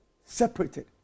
separated